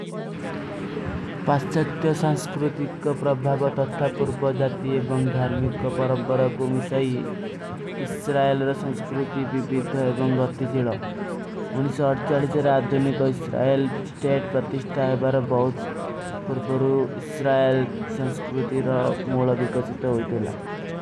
ପାସ୍ଚତ୍ଯ ସଂସ୍କୃତି କୋ ପ୍ରଭାଵ ତତ୍ଥା ପୁର୍ପ ଜାତି ଏବଂଗ ଧାର୍ମିକ କୋ ପରଂପର କୋ ମିଶାଈ ଇସ୍ରାଯଲ ଔର ସଂସ୍କୃତି ବିବୀଦ ହୈ ଏବଂଗ ଅତିଜିଲ। ଆପକା ସ୍ଵାଗତା ପ୍ରଭାଵ ତତ୍ଥା ପୁର୍ପ ଜାତି ଏବଂଗ ଧାର୍ମିକ କୋ ପ୍ରଭାଵ ତତ୍ଥା ପୁର୍ପ ଜାତି ଏବଂଗ ଧାର୍ମିକ କୋ ପ୍ରଭାଵ। ତତ୍ଥା ପୁର୍ପ ଜାତି ଏବଂଗ ଧାର୍ମିକ କୋ ପ୍ରଭାଵ ତତ୍ଥା ପୁର୍ପ ଜାତି ଏବଂଗ ଧାର୍ମିକ କୋ ପ୍ରଭାଵ ତତ୍ଥା ପୁର୍ବ।